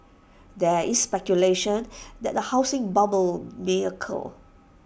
there is speculation that A housing bubble may occur